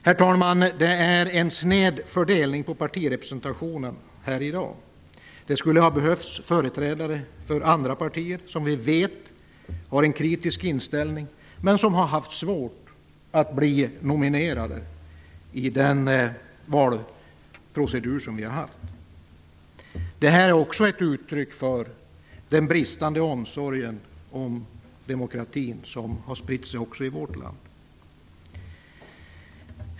Herr talman! Det är en sned fördelning på partirepresentationen här i dag. Det skulle ha behövts företrädare för andra partier som vi vet har en kritisk inställning men som har haft svårt att bli nominerade i den valprocedur som vi har. Det är också ett uttryck för den bristande omsorg om demokratin som spritt sig även i vårt land.